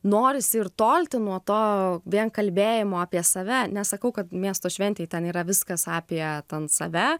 norisi ir tolti nuo to vien kalbėjimo apie save nesakau kad miesto šventėj ten yra viskas apie ten save